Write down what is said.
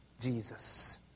Jesus